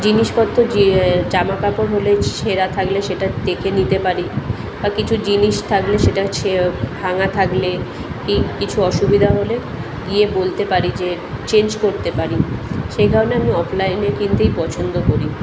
জিনিসপত্র যে জামা কাপড় হলে ছেঁড়া থাকলে সেটা দেখে নিতে পারি বা কিছু জিনিস থাকলে সেটা শে ভাঙা থাকলে কি কিছু অসুবিধা হলে গিয়ে বলতে পারি যে চেঞ্জ করতে পারি সে কারণে আমি অফলাইনে কিনতেই পছন্দ করি